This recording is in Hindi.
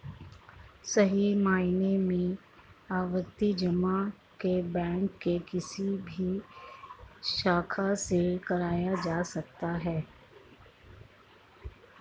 सही मायनों में आवर्ती जमा को बैंक के किसी भी शाखा से कराया जा सकता है